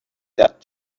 that